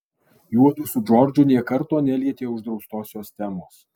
juodu su džordžu nė karto nelietė uždraustosios temos